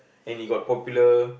and he got popular